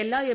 എല്ലാ എം